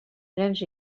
nens